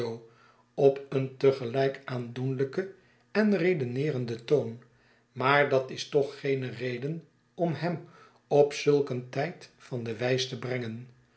op een te gelijk aandoenlijken en redeneerenden toon maar dat is toch geene reden om hem op zulk een tijd van de wijs te brengen